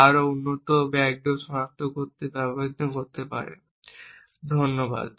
যা আরও উন্নত ব্যাকডোর সনাক্ত করতে পারে। ধন্যবাদ